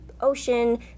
ocean